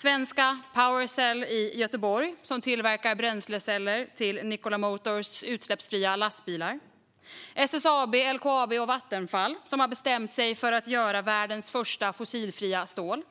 Svenska Powercell i Göteborg tillverkar bränsleceller till Nikola Motors utsläppsfria lastbilar. SSAB, LKAB och Vattenfall har bestämt sig för att göra världens första fossilfria stål.